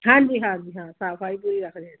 ਹਾਂਜੀ ਹਾਂਜੀ ਹਾਂ ਸਫ਼ਾਈ ਪੂਰੀ ਰੱਖਦੇ ਹਾਂ ਜੀ